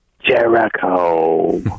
Jericho